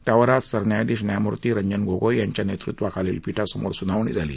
त्यावर आज सरन्यायाधीश न्यायमुर्ती रंजन गोगोई यांच्या नेतृत्वाखालील पीठासमोर सुनावणी झाली